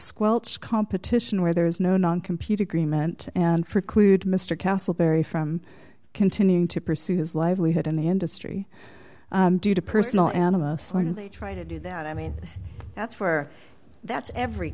squelch competition where there is no non computer agreement and preclude mr castlebury from continuing to pursue his livelihood in the industry due to personal animus learnedly try to do that i mean that's where that's every